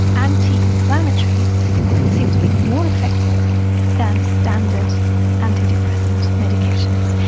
anti-inflammatories seem to be more effective than standard antidepressant medications.